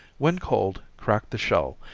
when cold, crack the shell,